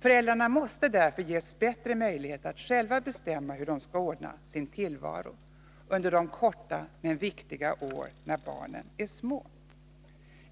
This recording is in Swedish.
Föräldrarna måste därför ges bättre möjlighet att själva bestämma hur de skall ordna sin tillvaro under de få men viktiga år när barnen är små.